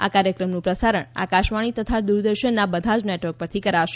આ કાર્યક્રમનું પ્રસારણ આકાશવાણી તથા દૂરદર્શનના બધા જ નેટવર્ક પરથી કરશે